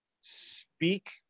speak